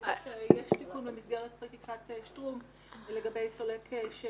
כרגע יש תיקון במסגרת חקיקת שטרום לגבי סולק.